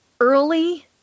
early